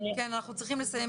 אנחנו צריכים לסיים,